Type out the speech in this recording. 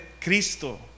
Cristo